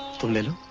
fulfill